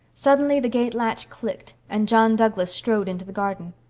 suddenly the gate-latch clicked and john douglas strode into the garden.